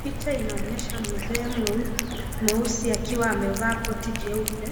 Picha inaonyesha mzee mweusi akiwa amevaa koti jeupe,